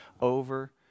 over